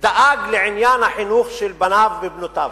דאג לחינוך של בניו ובנותיו,